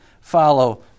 follow